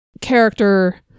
character